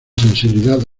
sensibilidad